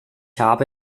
habe